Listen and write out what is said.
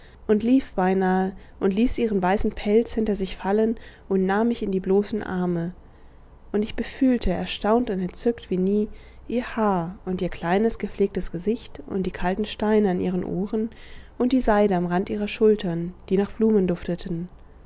und lief beinah und ließ ihren weißen pelz hinter sich fallen und nahm mich in die bloßen arme und ich befühlte erstaunt und entzückt wie nie ihr haar und ihr kleines gepflegtes gesicht und die kalten steine an ihren ohren und die seide am rand ihrer schultern die nach blumen dufteten